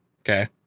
okay